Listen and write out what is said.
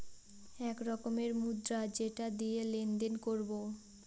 এক রকমের মুদ্রা যেটা দিয়ে লেনদেন করবো